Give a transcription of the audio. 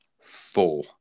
four